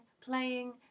playing